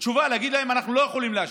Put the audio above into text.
תשובה, להגיד להם: אנחנו לא יכולים לאשר.